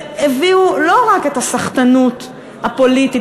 שהביאו לא רק את הסחטנות הפוליטית